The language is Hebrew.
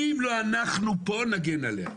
מי אם לא אנחנו פה נגן עליה?